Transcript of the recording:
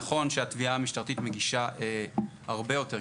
אני זוכרת שהיה לי שיח עם ראש אגף